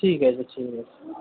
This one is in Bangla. ঠিক আছে ঠিক আছে